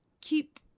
keep